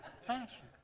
fashion